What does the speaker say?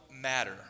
matter